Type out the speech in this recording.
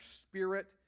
spirit